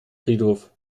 friedhof